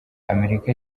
amerika